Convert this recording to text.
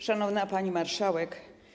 Szanowna Pani Marszałek!